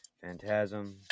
Phantasm